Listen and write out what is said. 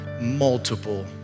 multiple